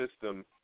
system